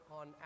on